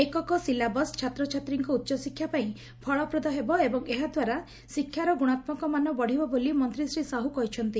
ଏକକ ସିଲାବସ୍ ଛାତ୍ରଛାତ୍ରୀଙ୍କ ଉଚ୍ଚଶିକ୍ଷା ପାଇଁ ଫଳପ୍ରଦ ହେବ ଏବଂ ଏହାଦ୍ୱାରା ଶିକ୍ଷାର ଗୁଶାତ୍କକ ମାନ ବଢିବ ବୋଲି ମନ୍ତ୍ରୀ ଶ୍ରୀ ସାହୁ କହିଛନ୍ତି